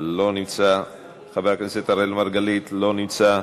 לא נמצא, חבר הכנסת אראל מרגלית, לא נמצא.